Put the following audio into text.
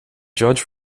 judge